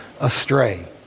astray